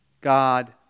god